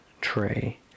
tray